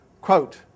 quote